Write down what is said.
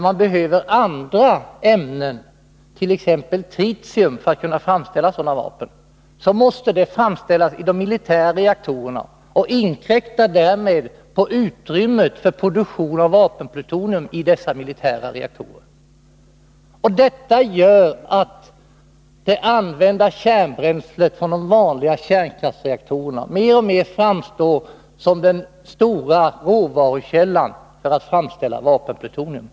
Man behöver andra ämnen, t.ex. tritium, för att tillverka sådana vapen. De måste framställas i de militära reaktorerna och inskränker därmed på utrymmet för produktion av vapenplutonium i dessa. Detta gör att det använda kärnbränslet från de vanliga kärnkraftsreaktorerna mer och mer framstår som den stora råvarukällan för framställning av vapenplutonium.